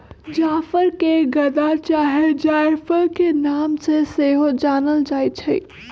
जाफर के गदा चाहे जायफल के नाम से सेहो जानल जाइ छइ